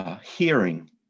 Hearing